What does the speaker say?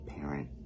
parent